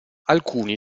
alcuni